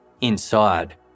Inside